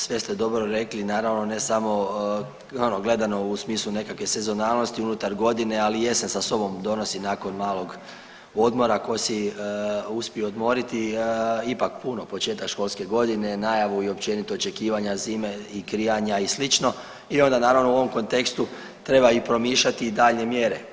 Sve ste dobro rekli, naravno ne samo gledano u smislu nekakve sezonalnosti unutar godine, ali jesen sa sobom donosi nakon malog odmora ko se uspije odmoriti, ipak puno početak školske godine, najavu i općenito očekivanja zime i grijanja i sl. i onda naravno u ovom kontekstu treba i promišljati i daljnje mjere.